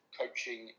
coaching